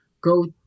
go